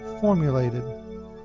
formulated